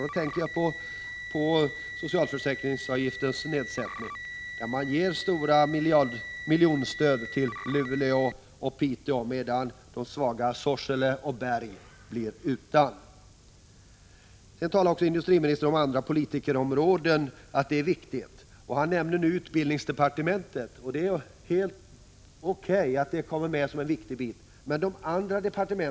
Då tänker jag bl.a. på nedsättningen av socialförsäkringsavgiften, varigenom Luleå och Piteå får miljonstöd, medan de svaga kommunerna Sorsele och Berg blir utan. Även andra politikområden är viktiga, sade industriministern. Han 43 nämnde i sammanhanget utbildningsdepartementet, och det är helt O. K. att utbildningsdepartementet kommer med i bilden som en viktig del.